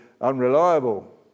unreliable